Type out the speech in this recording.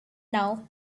now